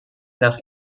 nach